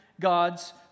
God's